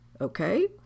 Okay